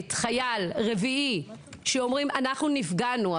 וחייל רביעי אומרים: אנחנו נפגענו.